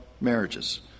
marriages